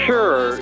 Sure